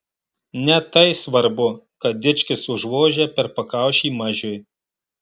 ne tai svarbu kad dičkis užvožia per pakaušį mažiui